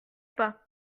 pas